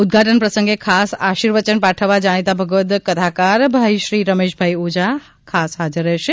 ઉદ્વાટન પ્રસંગે ખાસ આશીર્વચન પાઠવવા જાણીતા ભાગવદ્ કથાકાર ભાઈશ્રી રમેશભાઈ ઓઝા ખાસ હજાર રહેશે